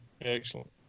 excellent